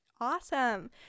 Awesome